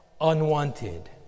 unwanted